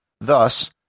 thus